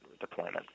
deployment